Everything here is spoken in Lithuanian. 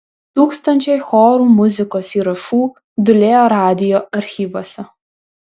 tūkstančiai chorų muzikos įrašų dūlėja radijo archyvuose